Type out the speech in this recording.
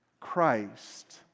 christ